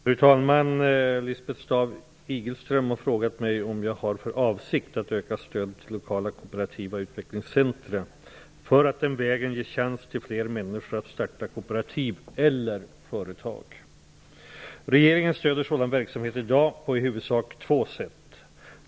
Fru talman! Lisbeth Staaf-Igelström har frågat mig om jag har för avsikt att öka stödet till lokala kooperativa utvecklingscentra för att den vägen ge chans till fler människor att starta kooperativ eller företag. Regeringen stöder sådan verksamhet i dag på i huvudsak två sätt.